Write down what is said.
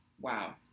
wow